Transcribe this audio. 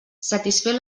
satisfer